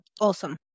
Awesome